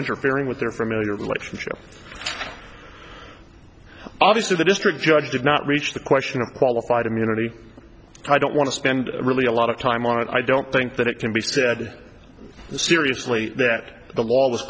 interfering with their familiar relationship obviously the district judge did not reach the question of qualified immunity i don't want to spend really a lot of time on it i don't think that it can be said seriously that the law